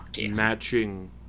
matching